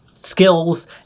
Skills